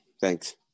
thanks